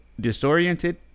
disoriented